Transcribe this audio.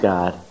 God